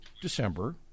December